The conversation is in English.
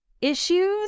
issues